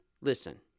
Listen